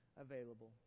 available